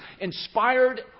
inspired